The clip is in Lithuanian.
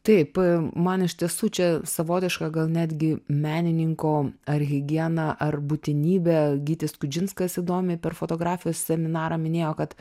taip man iš tiesų čia savotiška gal netgi menininko ar higiena ar būtinybė gytis skudžinskas įdomiai per fotografijos seminarą minėjo kad